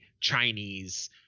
Chinese